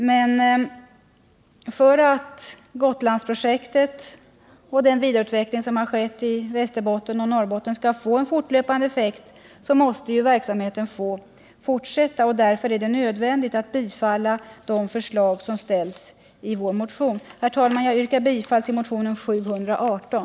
Men för att Gotlandsprojektet — och den vidareutveckling som har skett i Västerbotten och Norrbotten — skall få en fortlöpande effekt måste ju verksamheten fortsätta. Därför är det nödvändigt att bifalla de förslag som ställs i vår motion. Herr talman! Jag yrkar bifall till motionen 718.